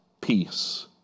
peace